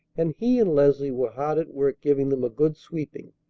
and he and leslie were hard at work giving them a good sweeping.